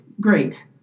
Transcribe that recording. great